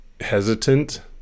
hesitant